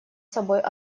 собой